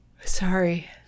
sorry